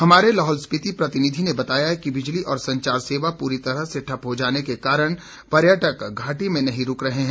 हमारे लाहौल स्पिति प्रतिनिधि ने बताया कि बिजली और संचार सेवा पूरी तरह से ठप्प हो जाने के कारण पर्यटक घाटी में नही रुक रहे हैं